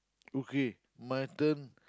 okay my turn